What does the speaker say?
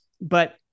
but-